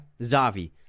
Zavi